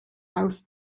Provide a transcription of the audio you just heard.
aus